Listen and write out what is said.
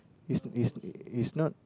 he's he's he's not